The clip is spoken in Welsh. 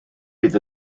bydd